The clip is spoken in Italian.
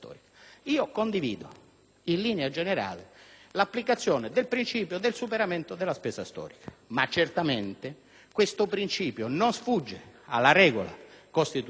in linea generale, l'applicazione del principio del superamento della spesa storica, ma certamente questo non sfugge alla regola costituzionale, sancita